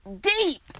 deep